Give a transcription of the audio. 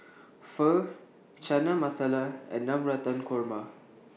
Pho Chana Masala and Navratan Korma